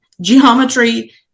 geometry